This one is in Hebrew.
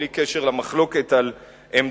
בלי קשר למחלוקת על עמדותיו,